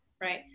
right